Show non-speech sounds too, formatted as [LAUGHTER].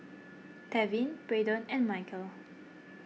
[NOISE] Tevin Braedon and Michel